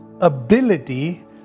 ability